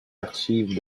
archives